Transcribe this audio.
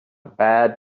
bad